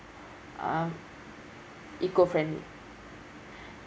um eco-friendly